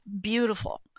beautiful